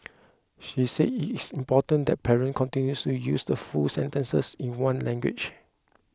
she said it is important that parents continue to use full sentences in one language